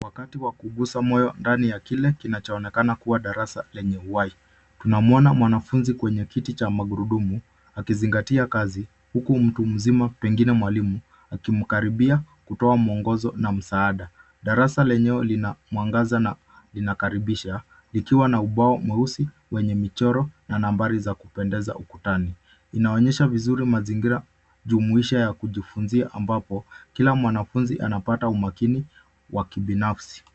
Wakati wa kugusa moyo ndani ya kile kinachoonekana kuwa darasa lenye uhai. Tunamuona mwanafunzi kwenye kiti cha magurudumu akizingatia kazi huku mtu mzima pengine mwalimu akimkaribia kutoa muongozo na msaada. Darasa lenyewe lina mwangaza na inakaribisha likiwa na ubao mweusi wenye michoro na nambari za kupendeza ukutani. Inaonyesha vizuri mazingira jumuisha ya kujifunzia ambapo kila mwanafunzi anapata umakini wa kibinafsi.